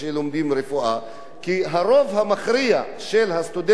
הרוב המכריע של הסטודנטים שלומדים בחוץ-לארץ